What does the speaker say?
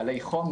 גלי חום,